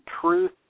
Truth